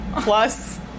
Plus